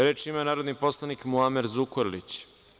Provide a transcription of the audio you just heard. Reč ima narodni poslanik Muamer Zukorlić.